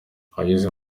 ageze